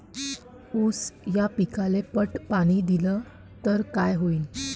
ऊस या पिकाले पट पाणी देल्ल तर काय होईन?